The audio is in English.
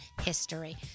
history